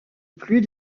plus